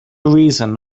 reason